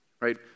right